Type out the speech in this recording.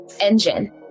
engine